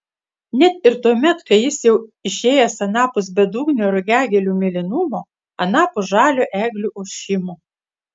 net ir tuomet kai jis jau išėjęs anapus bedugnio rugiagėlių mėlynumo anapus žalio eglių ošimo